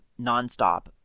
nonstop